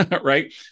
right